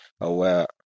aware